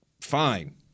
fine